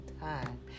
time